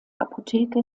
apotheke